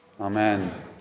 Amen